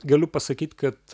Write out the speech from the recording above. galiu pasakyt kad